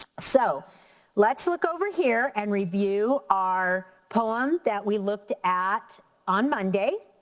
so let's look over here and review our poem that we looked at on monday.